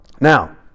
Now